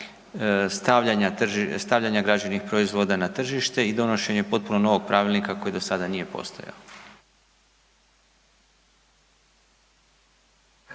stavljanja građevnih proizvoda na tržište i donošenje potpuno novog pravilnika koji do sada nije postojao.